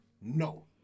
no